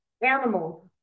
animals